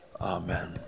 Amen